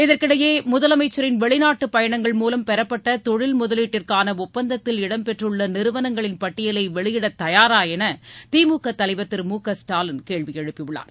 இதற்கிடையே முதலமைச்சரின் வெளிநாட்டு பயணங்கள் மூலம் பெறப்பட்ட தொழில் முதலீட்டிற்கான ஒப்பந்தத்தில் இடம் பெற்றுள்ள நிறுவனங்களின் பட்டியலை வெளியிட தயாரா என்று திமுக தலைவர் திரு மு க ஸ்டாலின் கேள்வி எழுப்பியுள்ளார்